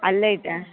ಅಲ್ಲೈತಾ